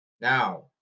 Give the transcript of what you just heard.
Now